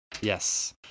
Yes